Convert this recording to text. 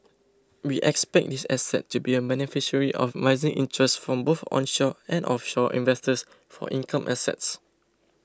we expect this asset to be a beneficiary of rising interests from both onshore and offshore investors for income assets